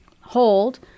hold